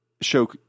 show